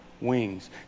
wings